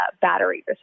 battery